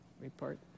report